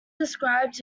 describes